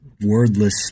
wordless